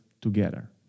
together